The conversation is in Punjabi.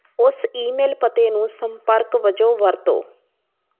ਉਸ ਈਮੇਲ ਪਤੇ ਨੂੰ ਸੰਪਰਕ ਵਜੋਂ ਵਰਤੋ